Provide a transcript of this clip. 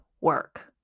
work